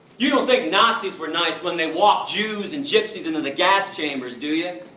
you don't think nazis were nice when they walked jews and gypsies into the gas chambers, do you?